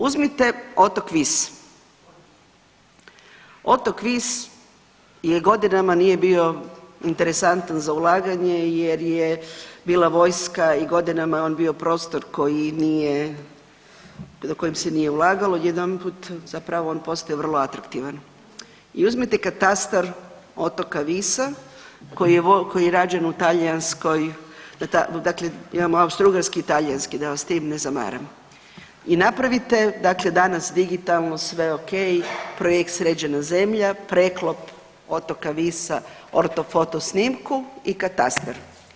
Uzmite otok Vis, otok Vis godinama nije bio interesantan za ulaganje jer je bila vojska i godinama je on bio prostor koji nije, na kojem se nije ulagalo i odjedanput zapravo on postaje vrlo atraktivan i uzmite katastar otoka Visa koji je rađen u talijanskoj, dakle imamo austro-ugarski i talijanski, da vas s tim ne zamaram i napravite dakle danas digitalno, sve okej, projekt „sređena zemlja“, preklop otoka Visa ortofoto snimku i katastar.